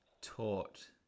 taught